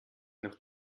nach